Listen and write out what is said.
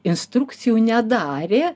instrukcijų nedarė